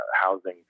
housing